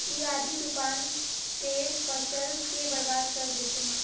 इ आँधी तूफान ते फसल के बर्बाद कर देते?